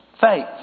faith